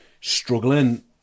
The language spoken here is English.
struggling